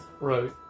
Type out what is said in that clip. Right